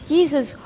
Jesus